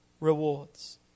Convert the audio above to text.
rewards